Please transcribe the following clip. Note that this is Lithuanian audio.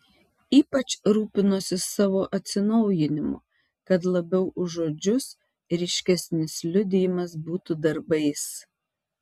ypač rūpinosi savo atsinaujinimu kad labiau už žodžius ryškesnis liudijimas būtų darbais